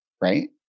right